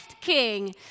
king